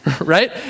Right